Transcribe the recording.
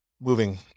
moving